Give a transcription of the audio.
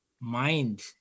mind